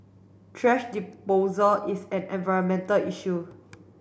thrash is an environmental issue